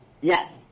Yes